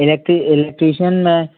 इलेक्ट्री electrician में